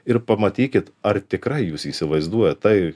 ir pamatykit ar tikrai jūs įsivaizduojat tai